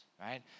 right